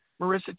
Marissa